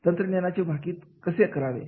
तंत्रज्ञानाचे भाकीत कसे करावे